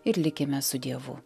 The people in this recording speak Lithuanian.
ir likime su dievu